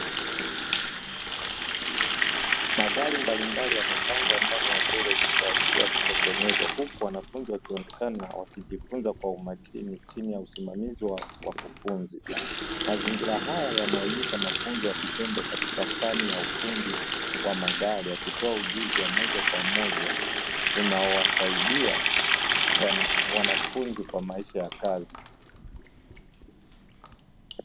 Magari mbalimbali yamepangwa ndani ya gereji kwa ajili ya kutengeneza huku wanafunzi wakionekana na wakijifunza kwa umakini chini ya usimamizi wa wakufunzi. Mazingira haya yanaonyesha mafunzo ya vitendo katika fani ya ufundi wa magari akitoa ujuzi wa moja kwa moja unaowasaidia wanafunzi kwa maisha ya kazi.